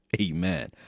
Amen